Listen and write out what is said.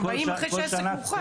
הם באים אחרי שהעסק מוכן.